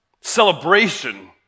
celebration